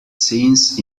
scenes